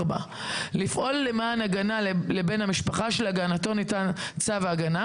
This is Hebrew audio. (4)לפעול למתן הגנה לבן המשפחה שלהגנתו ניתן צו הגנה